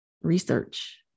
research